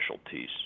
specialties